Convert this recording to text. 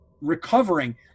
recovering